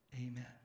Amen